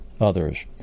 others